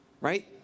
Right